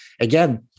Again